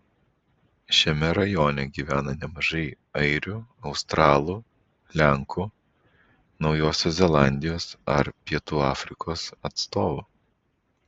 šiame rajone gyvena nemažai airių australų lenkų naujosios zelandijos ar pietų afrikos atstovų